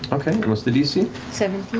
okay, and what's the dc? so